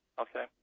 Okay